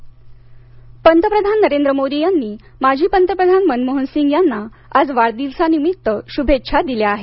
मनमोहनसिंग पंतप्रधान नरेंद्र मोदी यांनी माजी पंतप्रधान मनमोहनसिंग यांना आज वाढदिवसानिमित्त शुभेच्छा दिल्या आहेत